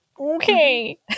Okay